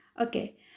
Okay